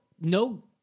no